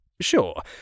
Sure